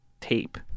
tape